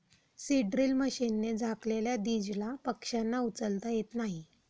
seed drill मशीनने झाकलेल्या दीजला पक्ष्यांना उचलता येत नाही